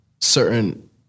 certain